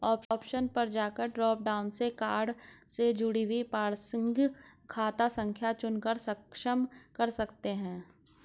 option पर जाकर drop down से कार्ड से जुड़ी प्रासंगिक खाता संख्या चुनकर सक्षम कर सकते है